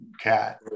cat